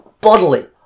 bodily